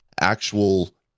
actual